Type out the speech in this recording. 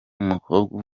umukobwa